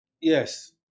Yes